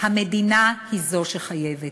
המדינה היא זו שחייבת.